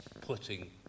putting